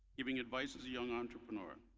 giving advice as a young entrepreneur.